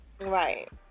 Right